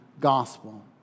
gospel